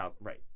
right